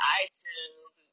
iTunes